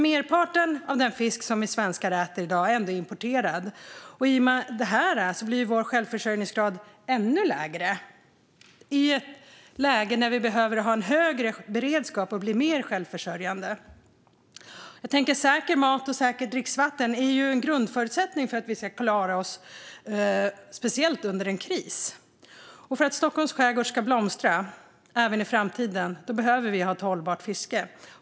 Merparten av den fisk som vi svenskar äter är importerad, och i och med detta fiske blir vår självförsörjningsgrad ännu lägre - och det i ett läge när vi behöver ha högre beredskap och bli mer självförsörjande. Säker mat och säkert dricksvatten är grundförutsättningar för att vi ska klara oss, speciellt under en kris. För att Stockholms skärgård ska blomstra även i framtiden behöver fisket vara hållbart.